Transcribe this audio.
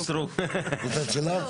אם כך,